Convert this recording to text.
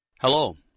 Hello